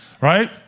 Right